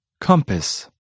Compass